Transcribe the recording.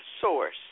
source